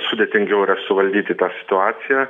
sudėtingiau yra suvaldyti tą situaciją